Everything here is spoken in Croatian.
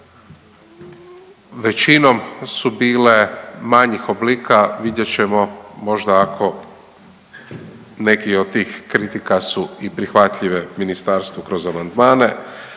većinom su bile manjih oblika, vidjet ćemo možda ako neki od tih kritika su i prihvatljive ministarstvu kroz amandmane,